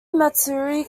matsuri